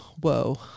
Whoa